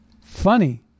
funny